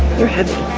you're heavy.